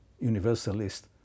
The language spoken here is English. Universalist